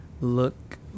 Look